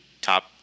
top